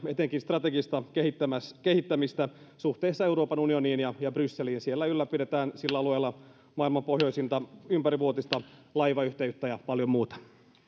etenkin strategista kehittämistä kehittämistä suhteessa euroopan unioniin ja brysseliin siellä ylläpidetään sillä alueella maailman pohjoisinta ympärivuotista laivayhteyttä ja paljon muuta